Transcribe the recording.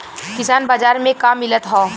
किसान बाजार मे का मिलत हव?